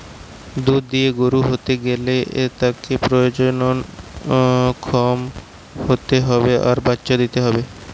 দুধ দিয়া গরু হতে গ্যালে তাকে প্রজনন ক্ষম হতে হবে আর বাচ্চা দিতে হবে